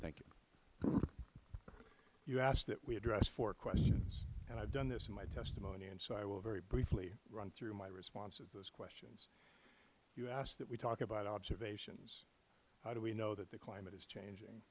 mccarthy you asked that we address four questions and i have done this in my testimony and so i will very briefly run through my responses to those questions you asked that we talk about observations how do we know that the climate is changing